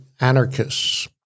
anarchists